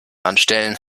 anstellen